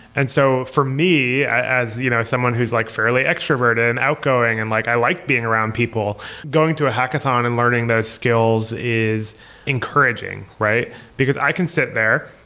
and so for me, as you know as someone who's like fairly extrovert ah and outgoing and like i like being around people, going to a hackathon and learning those skills is encouraging, right? because i can sit there,